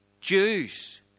Jews